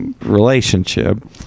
relationship